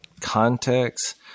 context